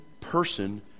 person